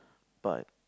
but